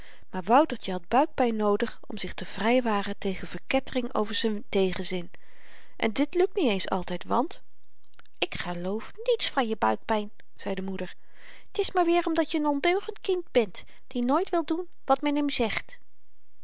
maar woutertje had buikpyn noodig om zich te vrywaren tegen verkettering over z'n tegenzin en dit lukt niet eens altyd want ik geloof niets van je buikpyn zei de moeder t is maar weer omdat je n ondeugend kind bent die nooit wil doen wat men hem zegt